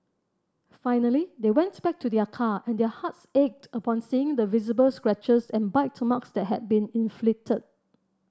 finally they went back to their car and their hearts ached upon seeing the visible scratches and bite marks that had been inflicted